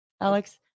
Alex